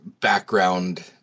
background